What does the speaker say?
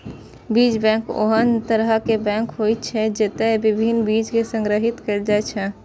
बीज बैंक ओहन तरहक बैंक होइ छै, जतय विभिन्न बीज कें संग्रहीत कैल जाइ छै